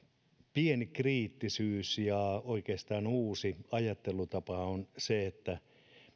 pieni kriittisyys ja oikeastaan uusi ajattelutapa siinä